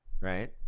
right